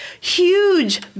huge